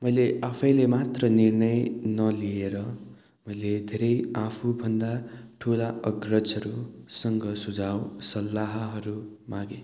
मैले आफैले मात्र निर्णय नलिएर मैले धेरै आफूभन्दा ठुला अग्रजहरूसँग सुझाउ सल्लाहहरू मागेँ